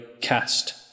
cast